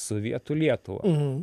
sovietų lietuvą